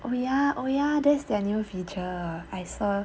oh ya oh ya that's their new feature I saw